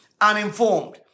uninformed